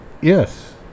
Yes